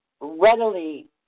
readily